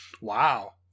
Wow